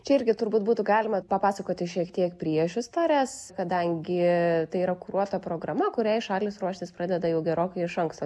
čia irgi turbūt būtų galima papasakoti šiek tiek priešistorės kadangi tai yra kuruota programa kuriai šalys ruoštis pradeda jau gerokai iš anksto